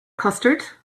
custard